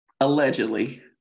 Allegedly